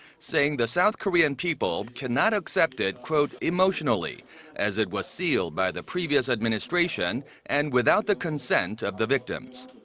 saying the south korean people cannot accept it emotionally as it was sealed by the previous administration and without the consent of the victims.